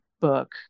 book